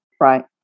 Right